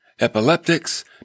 epileptics